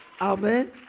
Amen